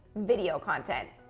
video content.